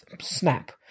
snap